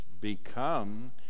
become